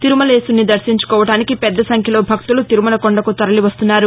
తిరుమలేశుని దర్శించుకోవడానికి పెద్ద సంఖ్యలో భక్తులు తిరుమల కొండకు తరలి వస్తున్నారు